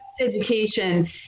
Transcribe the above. education